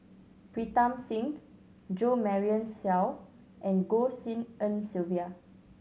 Pritam Singh Jo Marion Seow and Goh Tshin En Sylvia